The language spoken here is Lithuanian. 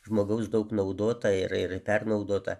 žmogaus daug naudota ir ir pernaudota